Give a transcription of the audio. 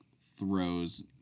throws